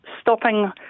stopping